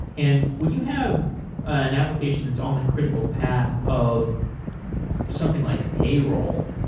and when you have an application that's on the critical path of something like payroll,